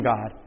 God